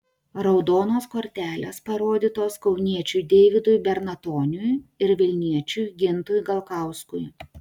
raudonos kortelės parodytos kauniečiui deividui bernatoniui ir vilniečiui gintui galkauskui